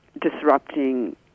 disrupting